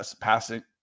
passing